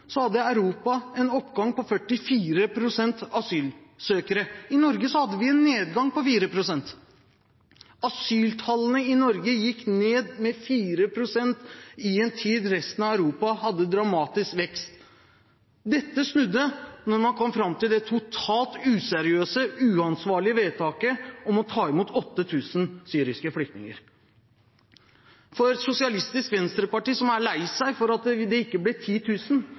hadde Europa en oppgang i antall asylsøkere på 44 pst. I Norge hadde vi en nedgang på 4 pst. Asyltallene i Norge gikk ned med 4 pst. i en tid da resten av Europa hadde dramatisk vekst. Dette snudde da man kom fram til det totalt useriøse, uansvarlige vedtaket om å ta imot 8 000 syriske flyktninger. Sosialistisk Venstreparti, som er lei seg for at det ikke